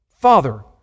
Father